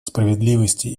справедливости